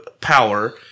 power